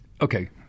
Okay